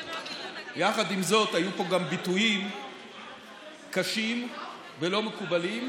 יחד עם זאת, היו פה גם ביטויים קשים ולא מקובלים,